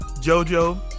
JoJo